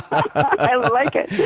i like it.